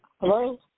Hello